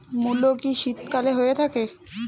মূলো কি শীতকালে হয়ে থাকে?